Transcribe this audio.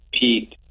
Pete